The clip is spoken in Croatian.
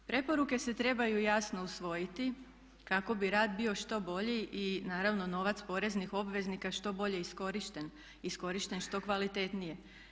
Preporuke se trebaju jasno usvojiti kako bi rad bio što bolji i naravno novac poreznih obveznika što bolje iskorišten, iskorišten što kvalitetnije.